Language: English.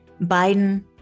Biden